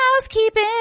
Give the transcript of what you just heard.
housekeeping